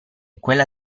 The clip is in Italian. quella